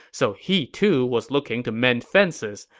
so he, too, was looking to mend fences.